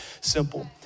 simple